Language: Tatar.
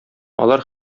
алар